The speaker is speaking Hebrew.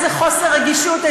איזה חוסר רגישות,